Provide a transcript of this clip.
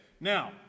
now